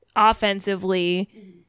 Offensively